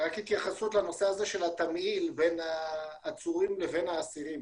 התייחסות לנושא של התמהיל בין העצורים לאסירים.